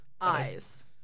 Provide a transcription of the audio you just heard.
Eyes